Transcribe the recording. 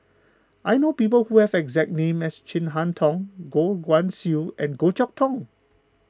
I know people who have the exact name as Chin Harn Tong Goh Guan Siew and Goh Chok Tong